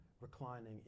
reclining